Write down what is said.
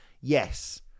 yes